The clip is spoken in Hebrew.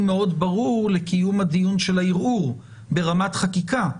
מאוד ברור לקיום הדיון של הערעור ברמת חקיקה.